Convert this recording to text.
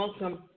Welcome